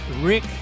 Rick